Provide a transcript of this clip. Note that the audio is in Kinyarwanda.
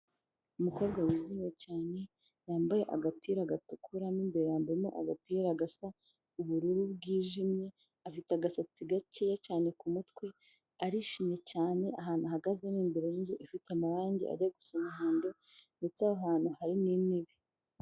Umukobwa wijimye cyane yambaye agapira gatukuramo imbere yambamo agapira gasa ubururu bwijimye afite agasatsi gakeya cyane ku kumutwe arishimye cyane ahantu ahagaze ni imbere yinzu ifite amarangi ajya gusa umuhondo ndetse ahantu hari n'intebe.